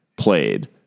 played